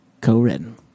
co-written